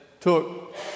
took